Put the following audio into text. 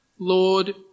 Lord